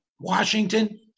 Washington